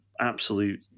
absolute